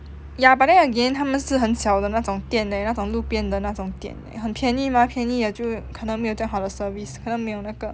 ya but then again 他们是很小的那种店那种路边的那种店很便宜便宜也就可能最好的可能没有那个